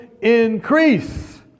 increase